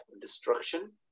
destruction